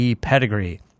pedigree